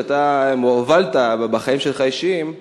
שאתה הובלת בחיים האישיים שלך,